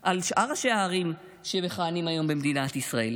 על שאר ראשי הערים שמכהנים היום במדינת ישראל.